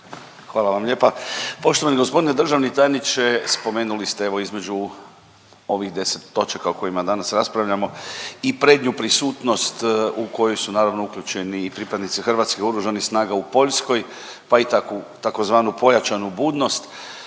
Hvala vam lijepa. Poštovani g. državni tajniče, spomenuli ste, evo, između ovih 10 točaka o kojima danas raspravljamo, i prednju prisutnost u koju su naravno uključeni i pripadnici hrvatskih Oružanih snaga u Poljskoj, pa i tzv. pojačanu budnost.